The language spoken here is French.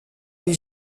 les